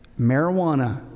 Marijuana